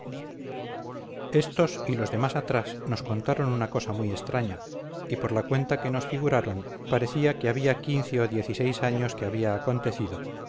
estos y los de más atrás nos contaron una cosa muy extraña y por la cuenta que nos figuraron parecía que había quince o diez y seis años que había acontecido